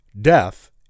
death